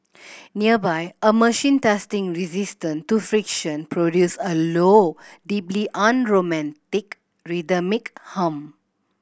nearby a machine testing resistance to friction produce a low deeply unromantic rhythmic hum